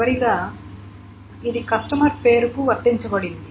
చివరగా ఇది కస్టమర్ పేరుకు వర్తించబడింది